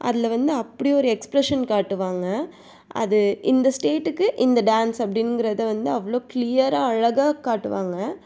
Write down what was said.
அதில் வந்து அப்படி ஒரு எக்ஸ்ப்ரெஷன் காட்டுவாங்க அது இந்த ஸ்டேட்டுக்கு இந்த டான்ஸ் அப்படின்ங்கிறத வந்து அவ்வளோ க்ளியராக அழகாக காட்டுவாங்க